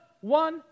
one